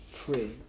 pray